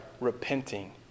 repenting